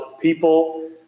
people